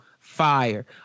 Fire